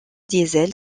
diesel